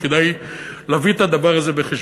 וכדאי להביא את הדבר הזה בחשבון.